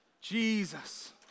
Jesus